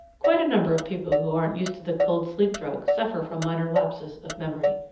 quite a number of people who aren't used to the cold-sleep drug suffer from minor lapses of memory.